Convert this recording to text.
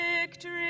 victory